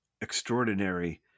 extraordinary